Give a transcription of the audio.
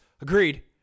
agreed